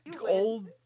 old